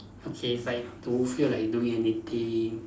okay if I don't feel like doing anything